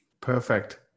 Perfect